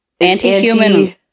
Anti-human